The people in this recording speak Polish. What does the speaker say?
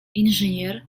inżynier